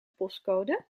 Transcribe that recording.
postcode